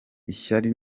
ishyari